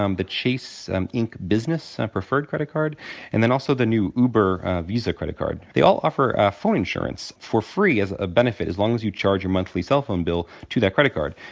um the chase ink business and preferred credit card and then also the new uber visa credit card. they all offer ah phone insurance for free as a benefit as long as you charge your monthly cellphone bill to their credit card.